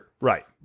Right